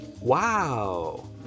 Wow